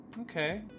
Okay